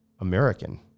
American